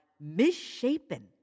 misshapen